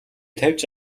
тавьж